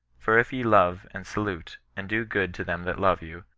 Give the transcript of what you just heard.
for if ye love, and salute, and do good to them that love you,